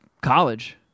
college